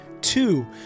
Two